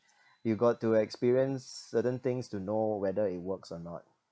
you got to experience certain things to know whether it works or not